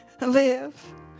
Live